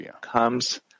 comes